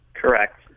Correct